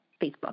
Facebook